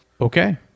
Okay